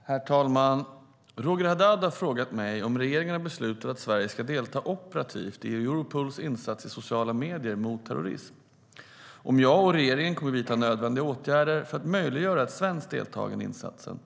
Svar på interpellation Herr talman! Roger Haddad har frågat mig om regeringen har beslutat att Sverige ska delta operativt i Europols insats i sociala medier mot terrorism, om jag och regeringen kommer att vidta nödvändiga åtgärder för att möjliggöra ett svenskt deltagande i insatsen